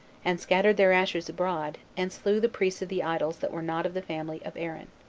and scattered their ashes abroad, and slew the priests of the idols that were not of the family of aaron.